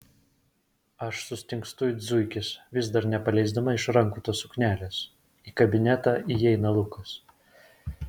aš sustingstu it zuikis vis dar nepaleisdama iš rankų tos suknelės į kabinetą įeina lukas